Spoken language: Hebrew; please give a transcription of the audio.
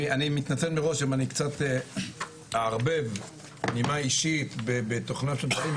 אני מתנצל מראש אם אני קצת אערבב נימה אישית בתוכנם של דברים,